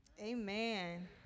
Amen